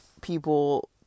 people